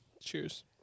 Cheers